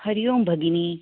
हरि ओम् भगिनी